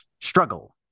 struggle